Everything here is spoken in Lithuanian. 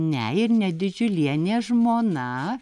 ne ir ne didžiulienė žmona